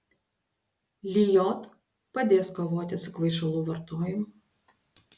lijot padės kovoti su kvaišalų vartojimu